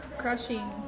crushing